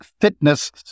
fitness